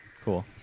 Cool